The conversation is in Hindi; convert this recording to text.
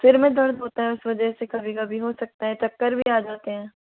सिर में दर्द होता है उस वजह से कभी कभी हो सकता है चक्कर भी आ जाते हैं